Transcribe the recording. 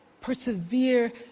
persevere